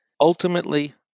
ultimately